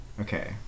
okay